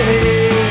Hey